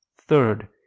third